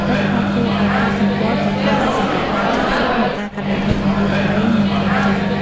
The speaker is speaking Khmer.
លទ្ធផលគួរឱ្យកត់សម្គាល់ក៏ត្រូវបានសម្រេចដែរ ជាពិសេសក្នុងការកាត់បន្ថយជំងឺរបេង និងគ្រុនចាញ់។